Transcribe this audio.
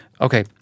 okay